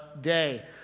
day